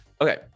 Okay